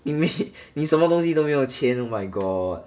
你没你什么东西都没有钱 oh my god